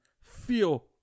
feel